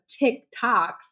TikToks